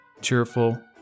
cheerful